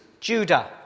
Judah